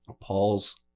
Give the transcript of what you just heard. Paul's